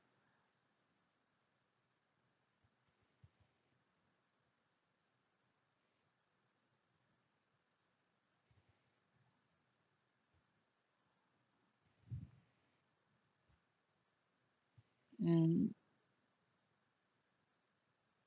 mm